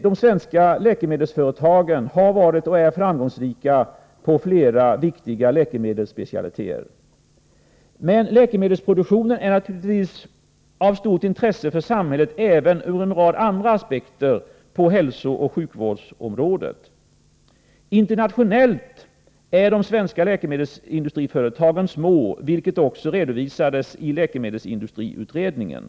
De svenska läkemedelsföretagen har varit och är framgångsrika på flera viktiga läkemedelsområden. På hälsooch sjukvårdsområdet är naturligtvis läkemedelsproduktionen även ur en rad andra aspekter av stort intresse för samhället. Internationellt är de svenska läkemedelsindustriföretagen små, vilket också har redovisats i läkemedelsindustriutredningen.